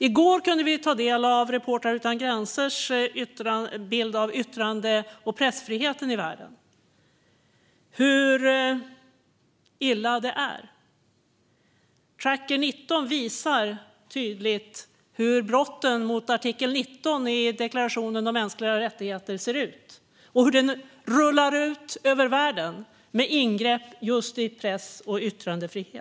I går kunde vi ta del av Reportrar utan gränsers bild av yttrande och pressfriheten i världen - hur illa det är. De visar tydligt hur brotten mot artikel 19 i deklarationen om mänskliga rättigheter ser ut och hur de rullar ut över världen med ingrepp just i press och yttrandefrihet.